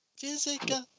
physical